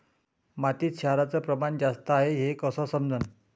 मातीत क्षाराचं प्रमान जास्त हाये हे कस समजन?